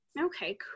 Okay